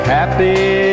happy